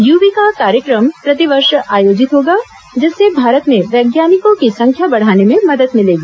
यूविका कार्यक्रम प्रतिवर्ष आयोजित होगा जिससे भारत में वैज्ञानिकों की संख्या बढ़ाने में मदद मिलेगी